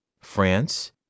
France